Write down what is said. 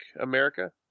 America